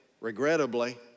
regrettably